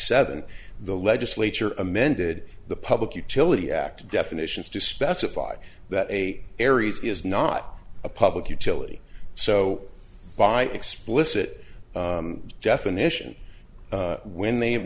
seven the legislature amended the public utility act definitions to specify that a aeris is not a public utility so by explicit definition when they have